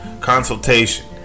Consultation